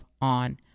on